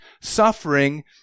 suffering